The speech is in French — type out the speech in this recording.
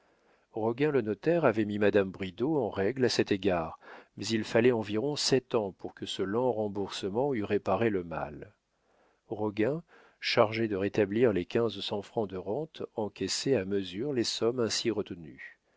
roguin le notaire avait mis madame bridau en règle à cet égard mais il fallait environ sept ans pour que ce lent remboursement eût réparé le mal roguin chargé de rétablir les quinze cents francs de rente encaissait à mesure les sommes ainsi retenues